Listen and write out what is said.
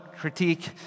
critique